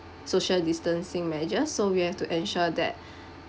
social distancing measures so we have to ensure that